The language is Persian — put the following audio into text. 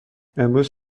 امروز